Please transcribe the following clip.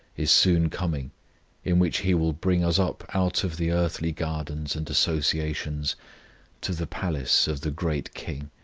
is soon coming in which he will bring us up out of the earthly gardens and associations to the palace of the great king.